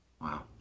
Wow